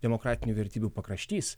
demokratinių vertybių pakraštys